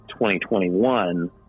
2021